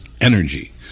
energy